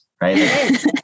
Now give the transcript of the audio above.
right